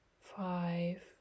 five